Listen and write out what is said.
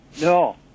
No